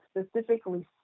specifically